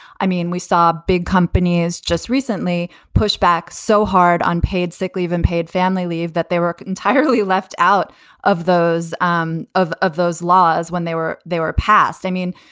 i mean, we saw big companies just recently pushed back so hard on paid sick leave and paid family leave that they were entirely left out of those um of of those laws when they were they were passed. i mean,